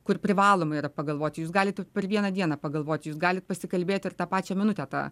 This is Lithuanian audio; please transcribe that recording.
kur privaloma yra pagalvot jūs galite per vieną dieną pagalvot jūs galit pasikalbėti ir tą pačią minutę tą